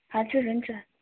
हजुर हुन्छ